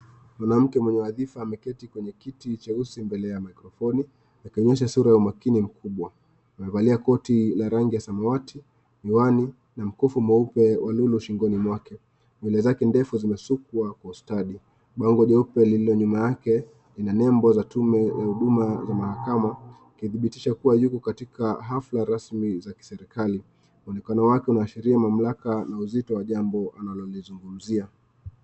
Mwanamke mwenye wadhafa ameketi kwenye kiti cheusi mbele ya mikrofoni, akionyesha sura ya umakini mkubwa. Amevalia koti la rangi ya samawati, miwani na mkufu mweupe wa lulu shingoni mwake. Nywele zake ndefu zimesukwa kwa ustadi. Bango jeupe lililo nyuma yake lina nembo za tume ya huduma za mahakama, ikidhibitisha kuwa yuko katika hafla rasmi za kiserikali. Muonekano wake unaashiria mamlaka na uzito wa jambo analolizungumzia.